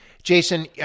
Jason